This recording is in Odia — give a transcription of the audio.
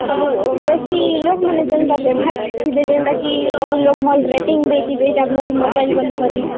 ଆରୁ ବେଶି ଲୋକମାନେ ଯେନ୍ତାକି ବ୍ୟବହାର କରୁଥିବେ ଯେନ୍ତା କି ସବୁ ଲୋକ ଭଲ ରେଟିଂ ଦେଇଥିବେ ଏଇଟା ଭଲ ମୋବାଇଲ୍ ବୋଲିକରି